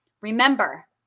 Remember